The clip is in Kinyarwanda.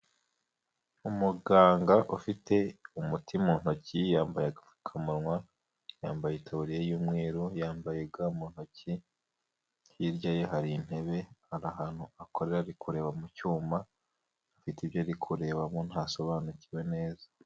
Umuganga ufite umuti mu ntoki yambaye agapfukamunwa, yambaye itaburiya y'umweru yambaye ga mu ntoki, hirya ye hari intebe ari ahantu akorera ari kureba mu cyuma afite ibyo yari kurebamo ntasobanukiwe neza.